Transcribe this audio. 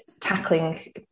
tackling